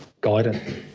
guidance